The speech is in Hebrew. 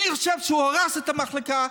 אני חושב שהוא הרס את המחלקה.